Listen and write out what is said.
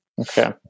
Okay